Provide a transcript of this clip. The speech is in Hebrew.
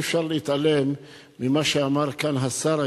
אי-אפשר להתעלם ממה שאמר כאן השר היום.